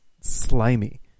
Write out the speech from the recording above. slimy